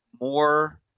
more